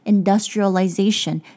Industrialization